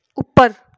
ਉੱਪਰ